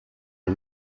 the